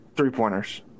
three-pointers